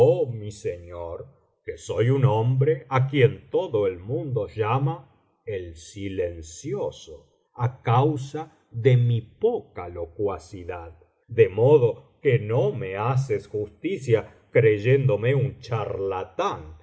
mi señor que soy un hombre á quien tocio el mundo llama el silencioso á causa de mi poca locuacidad de modo que no me haces justicia creyéndome un charlatán